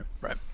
right